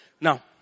Now